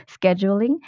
scheduling